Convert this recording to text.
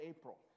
April